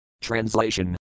Translation